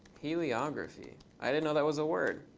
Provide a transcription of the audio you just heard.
heliography. i didn't know that was a word.